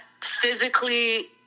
physically